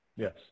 Yes